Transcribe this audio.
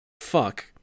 fuck